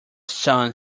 sun